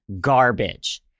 garbage